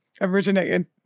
originated